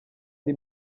ari